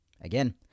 Again